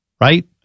right